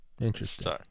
Interesting